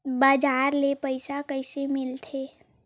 बजार ले पईसा कइसे मिलथे?